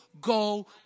go